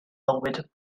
fywyd